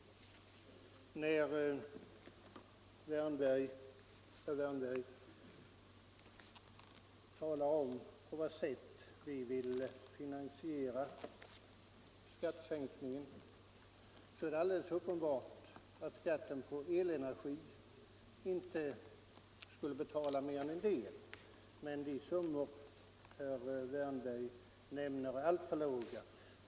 När herr Wärnberg talar om på vad sätt vi vill finansiera skattesänkningen, så är det alldeles uppenbart att skatten på elenergi inte skulle betala mer än en del, men de summor herr Wärnberg nämner är allt för låga.